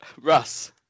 Russ